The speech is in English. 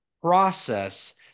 process